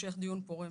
להמשך דיון פורה.